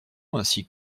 ainsi